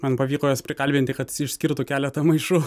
man pavyko juos prikalbinti kad išskirtų keletą maišų